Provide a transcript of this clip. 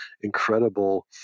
incredible